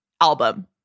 album